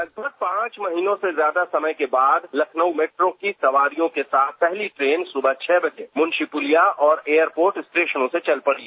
लगभग पांच महीनों के ज्यादा समय के बाद लखनऊ मेट्रो की सवारियों के साथ पहली ट्रेन सुबह छह बजे मुंशी पुलिया और एयरपोर्ट स्टेशनों से चल पड़ी